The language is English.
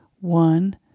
one